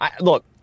Look